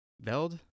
Veld